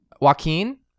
Joaquin